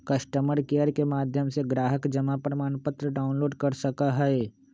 customer care के माध्यम से ग्राहक जमा प्रमाणपत्र डाउनलोड कर सका हई